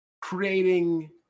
creating